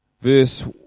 verse